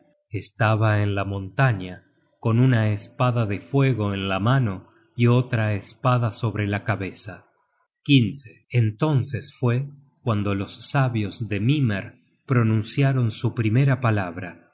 estaba en la montaña con una espada de fuego en la mano y otra espada sobre la cabeza entonces fue cuando los sabios de mimer pronunciaron su primera palabra